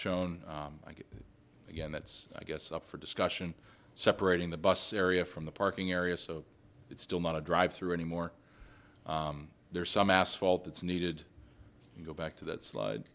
shown again that's i guess up for discussion separating the bus area from the parking area so it's still not a drive through anymore there's some asphalt that's needed to go back to that slide